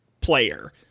player